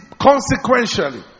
consequentially